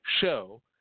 show